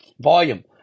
Volume